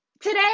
today